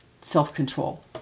self-control